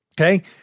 Okay